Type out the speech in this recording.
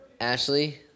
Ashley